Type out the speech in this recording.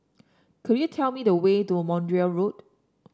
could you tell me the way to Montreal Road